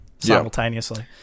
simultaneously